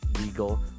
legal